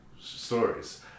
stories